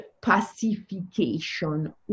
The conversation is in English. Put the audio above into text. pacification